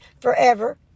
forever